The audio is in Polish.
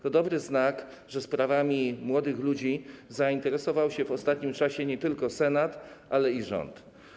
To dobry znak, że sprawami młodych ludzi zainteresował się w ostatnim czasie nie tylko Senat, ale i rząd.